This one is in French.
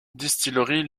distillerie